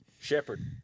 Shepard